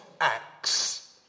acts